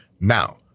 Now